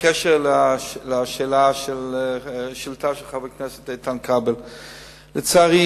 בקשר לשאילתא של חבר הכנסת איתן כבל, לצערי,